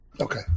Okay